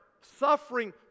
suffering